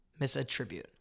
misattribute